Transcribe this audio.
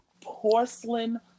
porcelain